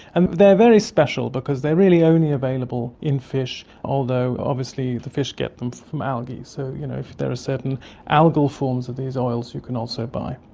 and they are very special because they are really only available in fish, although obviously the fish get them from algae, so you know there are certain algal forms of these oils you can also buy.